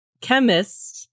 chemist